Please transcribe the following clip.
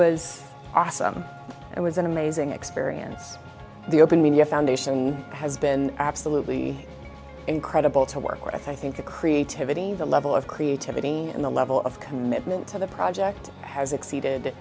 was awesome it was an amazing experience the open media foundation has been absolutely incredible to work with i think the creativity the level of creativity and the level of commitment to the project has exceeded